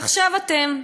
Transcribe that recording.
ועכשיו אתם,